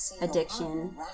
Addiction